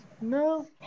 no